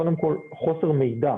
קודם כול חוסר מידע